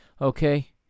okay